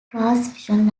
transmission